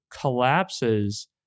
collapses